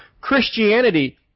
Christianity